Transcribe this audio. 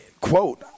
Quote